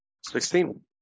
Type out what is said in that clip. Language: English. Sixteen